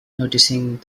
noticing